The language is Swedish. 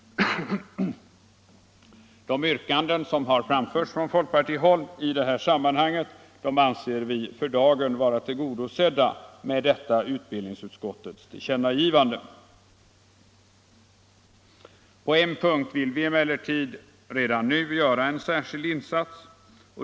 De yrkanden som har framförts från folkpartihåll i det sammanhanget anser vi för dagen vara tillgodosedda med detta utbildningsutskottets tillkännagivande. På en punkt vill vi emellertid redan nu göra en särskild insats.